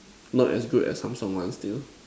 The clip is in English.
not as good as Samsung one still